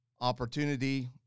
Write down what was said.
opportunity